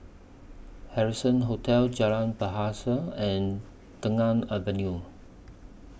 Harrison Hotel Jalan Bahasa and Tengah Avenue